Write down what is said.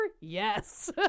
yes